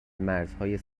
مرزهای